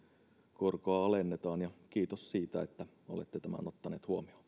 korkoa alennetaan kiitos siitä että olette tämän ottaneet huomioon